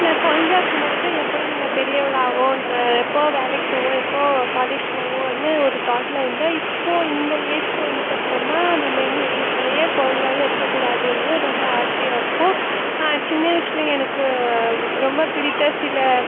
நான் கொழந்தையா இருக்கும் போது எப்படா நாங்கள் பெரியவளாவோன்னு எப்போது வேலைக்குப் போவோம் எப்போது காலேஜ் போவோம்னு ஒரு தாட்டில் இருந்தேன் இப்போது இந்த ஏஜ்க்கு வந்துட்டப்புறமா நம்ம இன்னும் இன் ஏன் கொழந்தையாவே இருக்கக் கூடாதுன்னு ரொம்ப ஆசையாக இருக்கும் சின்ன வயசில எனக்கு ரொம்ப பிடித்த சில